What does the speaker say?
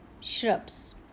shrubs